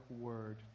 word